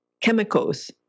chemicals